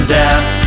death